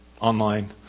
online